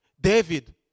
David